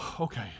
okay